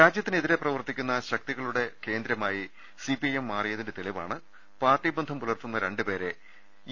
രാജ്യത്തിനെതിരായി പ്രവർത്തിക്കുന്ന ശക്തികളുടെ കേന്ദ്ര മായി സിപിഐഎം മാറിയതിന്റെ തെളിവാണ് പാർട്ടി ബന്ധം പുലർത്തുന്ന രണ്ടുപേരെ യു